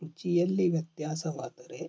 ರುಚಿಯಲ್ಲಿ ವ್ಯತ್ಯಾಸವಾದರೆ